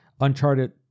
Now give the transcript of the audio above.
Uncharted